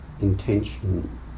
intention